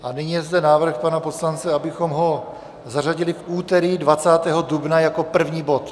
A nyní je zde návrh pana poslance, abychom ho zařadili v úterý 20. dubna jako první bod.